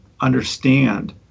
understand